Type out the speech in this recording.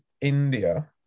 India